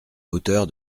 hauteur